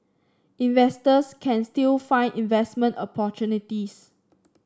investors can still find investment opportunities